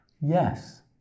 Yes